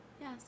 Yes